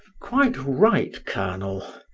quite right, colonel,